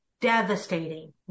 devastating